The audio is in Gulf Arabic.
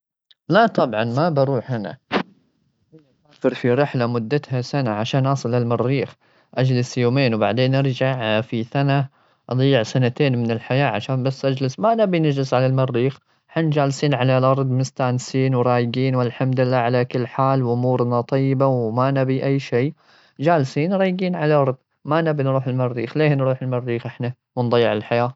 لا طبعا، ما بروح هنا، الحين أسافر في رحلة مدتها سنة عشان أوصل للمريخ، أجلس يومين وبعدين أرجع في سنة. أضيع سنتين من الحياة عشان بس أجلس؟ ما نبي نجلس على المريخ، حنا جالسين على الأرض مستأنسين، ورايقين، والحمد لله، كل حال وأمورنا طيبة وما نبي أي شيء. جالسين رايقين على، وما نبي نروح المريخ. ليه نروح المريخ إحنا؟ ونضيع الحياة.